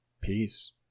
Peace